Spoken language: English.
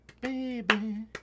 baby